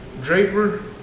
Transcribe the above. Draper